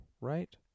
right